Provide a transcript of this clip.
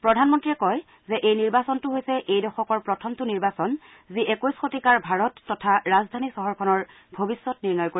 প্ৰধানমন্ত্ৰীয়ে কয় যে এই নিৰ্বাচনটো হৈছে এই দশকৰ প্ৰথমটো নিৰ্বাচন যি একৈশ শতিকাৰ ভাৰত তথা ৰাজধানী চহৰখনৰ ভৱিষ্যত নিৰ্ণয় কৰিব